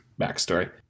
backstory